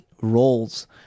roles